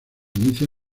inicia